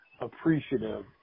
appreciative